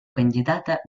кандидата